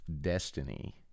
Destiny